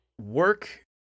work